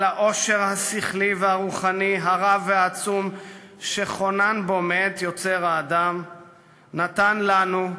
את העושר השכלי והרוחני הרב והעצום שחונן בו מאת יוצר האדם נתן לנו,